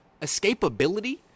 escapability